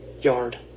yard